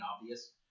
obvious